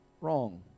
Wrong